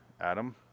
Adam